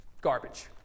garbage